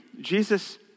Jesus